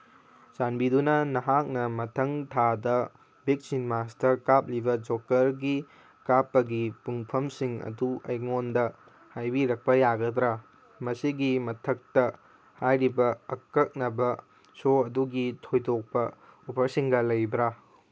ꯆꯥꯟꯕꯤꯗꯨꯅ ꯅꯍꯥꯛꯅ ꯃꯊꯪ ꯊꯥꯗ ꯕꯤꯛ ꯁꯤꯅꯤꯃꯥꯁꯇ ꯀꯥꯞꯂꯤꯕ ꯖꯣꯀꯔꯒꯤ ꯀꯥꯞꯄꯒꯤ ꯄꯨꯡꯐꯝꯁꯤꯡ ꯑꯗꯨ ꯑꯩꯉꯣꯟꯗ ꯍꯥꯏꯕꯤꯔꯛꯄ ꯌꯥꯒꯗ꯭ꯔꯥ ꯃꯁꯤꯒꯤ ꯃꯊꯛꯇ ꯍꯥꯏꯔꯤꯕ ꯑꯀꯛꯅꯕ ꯁꯣ ꯑꯗꯨꯒꯤ ꯊꯣꯏꯗꯣꯛꯄ ꯑꯣꯐꯔꯁꯤꯡꯒ ꯂꯩꯕ꯭ꯔꯥ